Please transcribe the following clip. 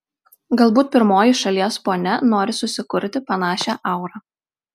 galbūt pirmoji šalies ponia nori susikurti panašią aurą